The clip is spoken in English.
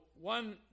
one